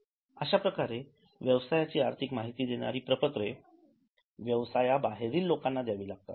अश्याप्रकारे व्यवसायाची आर्थिक माहिती देणारी प्रपत्रे व्यवसाय बाहेरील लोकांना द्यावी लागतात